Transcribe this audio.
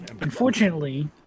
unfortunately